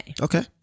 Okay